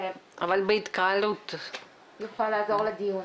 זה יוכל לעזור לדיון.